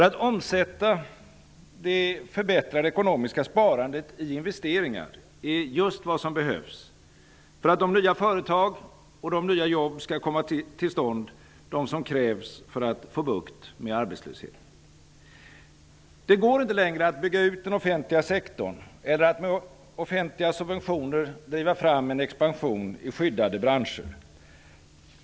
Att omsätta det förbättrade ekonomiska sparandet i investeringar är just vad som behövs för att de nya företag och de nya jobb skall komma till stånd som krävs för att vi skall få bukt med arbetslösheten. Det går inte längre att bygga ut den offentliga sektorn eller att med offentliga subventioner driva fram en expansion i skyddade branscher.